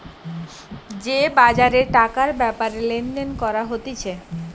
যে বাজারে টাকার ব্যাপারে লেনদেন করা হতিছে